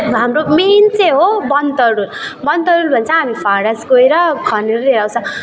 हाम्रो मेन चाहिँ हो बनतरुल बनतरुल भन्छ हामी फारस गएर खनेर ल्याउँछ